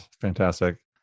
fantastic